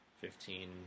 fifteen